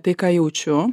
tai ką jaučiu